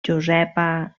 josepa